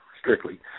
strictly